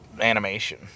animation